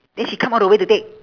then she come all the way to take